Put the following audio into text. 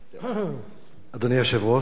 אדוני היושב-ראש,